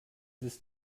ist